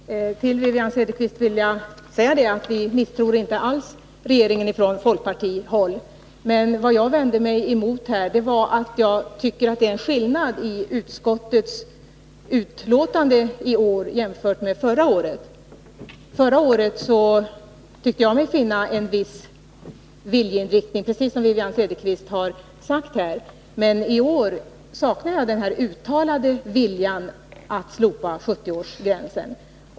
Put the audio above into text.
Herr talman! Till Wivi-Anne Cederqvist vill jag säga att vi på folkpartihåll inte alls misstror regeringen. Vad jag vände mig emot var att det, som jag tycker, är en skillnad i utskottsbetänkandet i år jämfört med förra året. Förra året tyckte jag mig finna en viss viljeinriktning, precis som Wivi-Anne Cederqvist sade. Men i år saknar jag den uttalade viljan att slopa 70-årsgränsen.